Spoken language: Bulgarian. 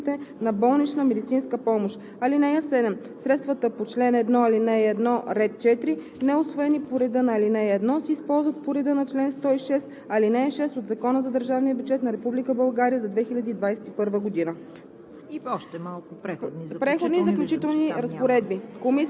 анализ и контрол по изпълнението на разходите по ал. 1 от изпълнителите на болнична медицинска помощ. (7) Средствата по чл. 1, ал. 1, ред 4, неусвоени по реда на ал. 1, се използват по реда на чл. 106, ал. 6 от Закона за държавния бюджет на Република България за 2021 г.“